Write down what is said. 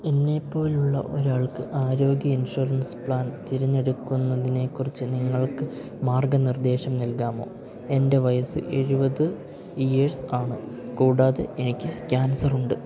എന്നെപ്പോലുള്ള ഒരാൾക്ക് ആരോഗ്യ insurance plan തിരഞ്ഞെടുക്കുന്നതിനെ കുറിച്ച് നിങ്ങൾക്ക് മാർഗ്ഗനിർദ്ദേശം നൽകാമോ എൻ്റെ വയസ്സ് എഴുപത് ഇയേഴ്സ് ആണ് കൂടാതെ എനിക്ക് ക്യാൻസറുണ്ട്